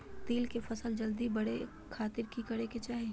तिल के फसल जल्दी बड़े खातिर की करे के चाही?